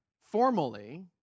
formally